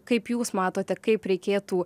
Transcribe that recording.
kaip jūs matote kaip reikėtų